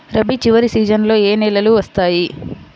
రబీ చివరి సీజన్లో ఏ నెలలు వస్తాయి?